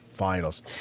finals